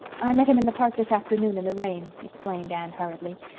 i met him in the park this afternoon in the rain, explained anne hurriedly.